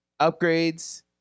upgrades